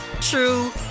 true